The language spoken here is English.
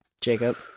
jacob